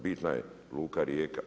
Bitna je luka Rijeka.